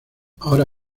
ahora